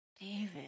david